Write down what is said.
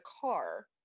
car